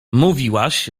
mówiłaś